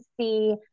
see